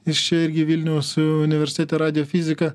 jis čia irgi vilniaus universitete radiofiziką